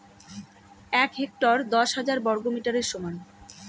এক হেক্টর দশ হাজার বর্গমিটারের সমান